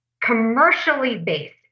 commercially-based